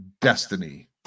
destiny